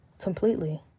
completely